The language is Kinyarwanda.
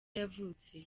yavutse